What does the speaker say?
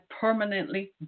permanently